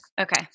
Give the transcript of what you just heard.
Okay